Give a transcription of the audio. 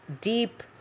deep